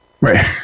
Right